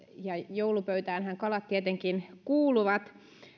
joulupöytäänhän kalat tietenkin kuuluvat